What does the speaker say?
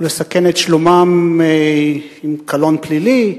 ולסכן את שלומם עם קלון פלילי,